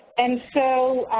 and so,